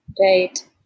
Right